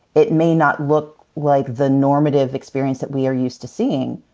it may not look like the normative experience that we are used to seeing,